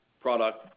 product